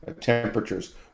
temperatures